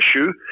issue